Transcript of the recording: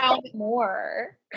more